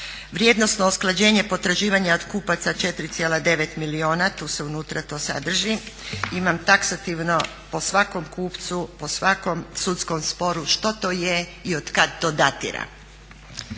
Vrijednosno usklađenje potraživanja od kupaca 4,9 milijuna. Tu se unutra to sadrži. Imam taksativno po svakom kupcu, po svakom sudskom sporu što to je i od kad to datira.